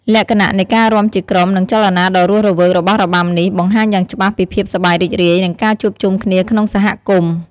លក្ខណៈនៃការរាំជាក្រុម និងចលនាដ៏រស់រវើករបស់របាំនេះ បង្ហាញយ៉ាងច្បាស់ពីភាពសប្បាយរីករាយ និងការជួបជុំគ្នាក្នុងសហគមន៍។